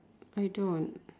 I don't